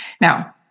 Now